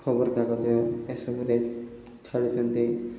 ଖବରକାଗଜ ଏସବୁରେ ଛାଡ଼ୁଛନ୍ତି